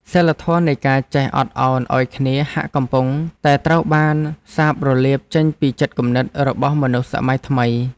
សីលធម៌នៃការចេះអត់ឱនឱ្យគ្នាហាក់កំពុងតែត្រូវបានសាបរលាបចេញពីចិត្តគំនិតរបស់មនុស្សសម័យថ្មី។